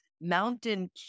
mountain